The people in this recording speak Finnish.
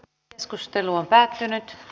keskustelu päättyi